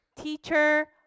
Teacher